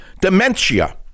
dementia